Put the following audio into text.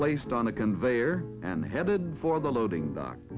placed on a conveyor and headed for the loading doc